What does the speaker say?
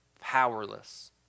powerless